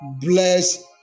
bless